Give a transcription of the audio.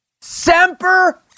Semper